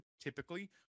typically